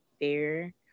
fair